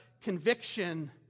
conviction